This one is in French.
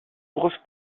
grosse